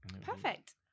Perfect